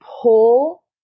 pull